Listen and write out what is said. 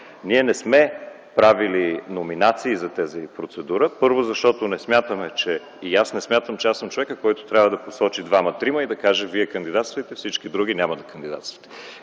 Ние не сме правили номинации за тази процедура. Първо, защото не смятаме, и аз не смятам, че съм човекът, който трябва да посочи двама-трима и да каже: Вие кандидатствайте, всички други няма да кандидатстват.